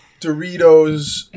Doritos